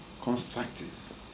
constructive